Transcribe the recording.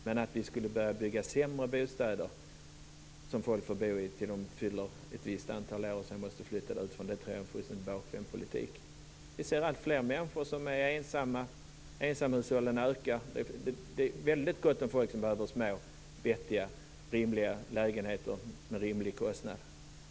Men att börja bygga sämre bostäder som folk får bo i tills de fyllt ett visst antal år och sedan måste flytta ut från är en fullständigt bakvänd politik. Vi ser alltfler människor som är ensamma. Antalet ensamhushåll ökar. Det är gott om folk som behöver små, vettiga, rimliga lägenheter till rimlig kostnad.